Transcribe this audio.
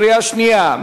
קריאה שנייה.